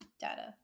data